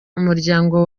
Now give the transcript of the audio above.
umuryango